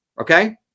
Okay